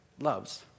loves